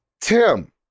tim